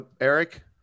Eric